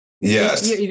Yes